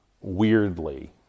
weirdly